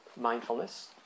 mindfulness